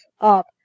up